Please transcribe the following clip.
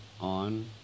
On